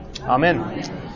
Amen